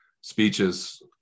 speeches